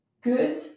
good